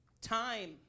Time